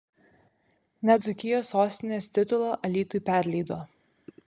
net dzūkijos sostinės titulą alytui perleido